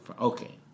Okay